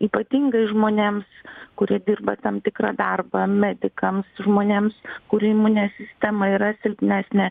ypatingai žmonėms kurie dirba tam tikrą darbą medikams žmonėms kurių imuninė sistema yra silpnesnė